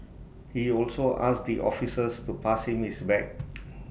he also asked the officers to pass him his bag